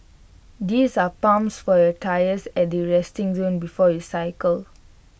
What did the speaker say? these are pumps for your tyres at the resting zone before you cycle